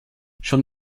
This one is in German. schon